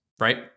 right